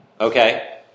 okay